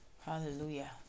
Hallelujah